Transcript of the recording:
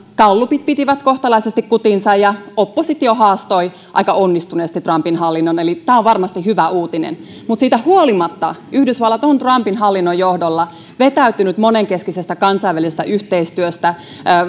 gallupit pitivät kohtalaisesti kutinsa ja oppositio haastoi aika onnistuneesti trumpin hallinnon eli tämä on varmasti hyvä uutinen mutta siitä huolimatta yhdysvallat on trumpin hallinnon johdolla vetäytynyt monenkeskisestä kansainvälisestä yhteistyöstä